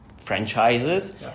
franchises